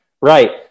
Right